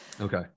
Okay